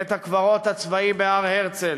בית-הקברות בהר-הרצל,